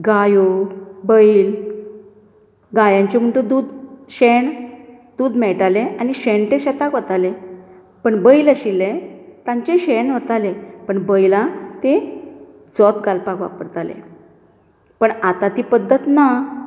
गायो बैल गायांचे म्हण तूं दूद शेण दूध मेळटाले आनी शेण ते शेताक वताले पण बैल आशिल्ले तांचे शेण वताले पण बैलांक ते जोत घालपाक वापरताले पण आता ती पध्दत ना